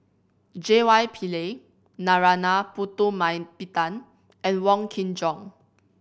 J Y Pillay Narana Putumaippittan and Wong Kin Jong